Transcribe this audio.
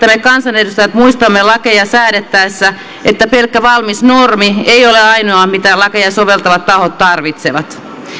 me kansanedustajat muistamme lakeja säädettäessä että pelkkä valmis normi ei ole ainoa mitä lakeja soveltavat tahot tarvitsevat